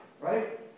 Right